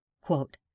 Quote